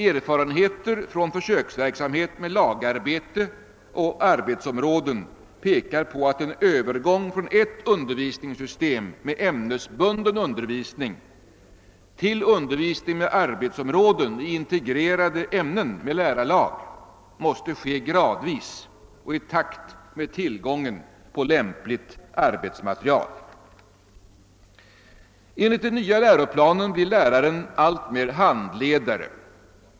Erfarenheter från försöksverksamhet med lagarbete och arbetsområden pekar på att en övergång från ett undervisningssystem med ämnesbunden undervisning till undervisning med arbetsområden i integrerade ämnen med lärrarlag måset ske gradvis och i takt med tillgången på lämpligt arbetsmaterial. Enligt den nya läroplanen blir läraren alltmer handledare.